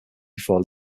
before